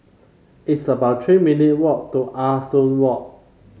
it's about Three minute walk to Ah Soo Walk